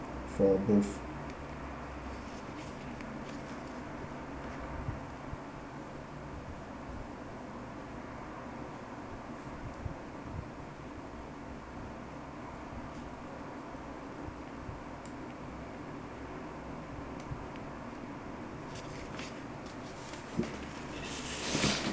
for both